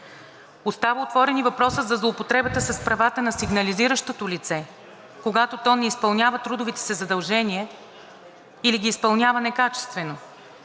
Остава отворен и въпросът за злоупотребата с правата на сигнализиращото лице, когато то не изпълнява трудовите си задължения или ги изпълнява некачествено.